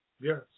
Yes